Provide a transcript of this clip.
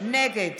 נגד